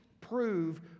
prove